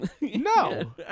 No